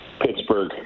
Pittsburgh